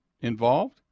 involved